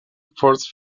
forced